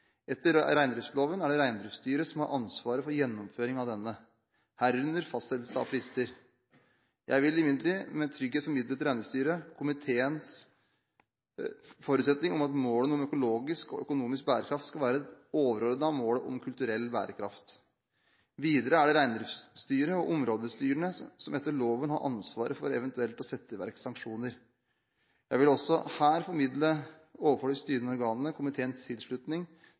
Etter reindriftsloven er det Reindriftsstyret som har ansvaret for gjennomføring av denne, herunder fastsettelse av frister. Jeg vil imidlertid med tydelighet formidle til Reindriftsstyret komiteens forutsetning om at målene om økologisk og økonomisk bærekraft skal være overordnet målet om kulturell bærekraft. Videre er det Reindriftsstyret og områdestyrene som etter loven har ansvaret for eventuelt å sette i verk sanksjoner. Jeg vil også her formidle overfor de styrende organene komiteens tilslutning